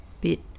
Bit